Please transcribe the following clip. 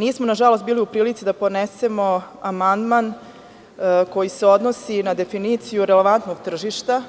Nažalost, nismo bili u prilici da ponesemo amandman koji se odnosi na definiciju relevantnog tržišta,